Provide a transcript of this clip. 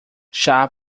chá